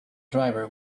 driver